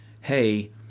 hey